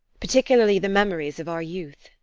particularly the memories of our youth.